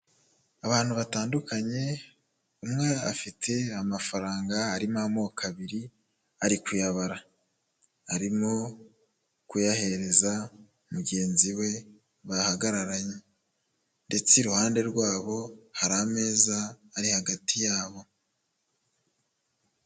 Abantu batandukanye, umwe afite amafaranga arimo amoko abiri, ari kuyabara. Arimo kuyahereza mugenzi we bahagararanye ndetse iruhande rwabo hari ameza ari hagati yabo.